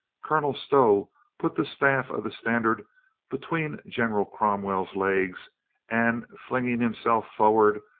colonel stow put the staff of the standard between general cromwell's legs and flinging himself forward,